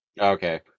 okay